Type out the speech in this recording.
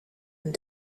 and